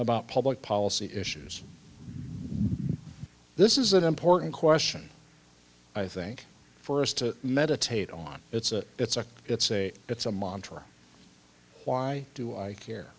about public policy issues this is an important question i think for us to meditate on it's a it's a it's a it's a montra why do i care